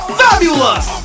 fabulous